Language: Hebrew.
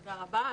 תודה רבה.